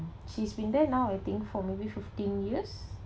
she's been there now I think for maybe fifteen years